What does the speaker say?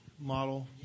model